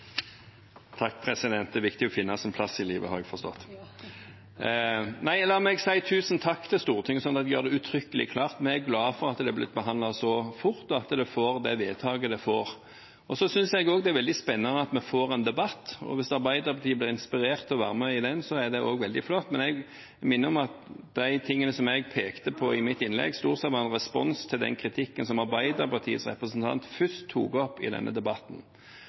takk til Stortinget, slik at jeg gjør det uttrykkelig klart at vi er glad for at det har blitt behandlet så fort at det får det vedtaket som det får. Jeg synes også at det er veldig spennende at vi får en debatt, og hvis Arbeiderpartiet blir inspirert til å være med på den, er det også veldig flott. Men jeg minner om at de tingene som jeg pekte på i mitt innlegg, stort sett var en respons på den kritikken som Arbeiderpartiets representant først tok opp i denne debatten.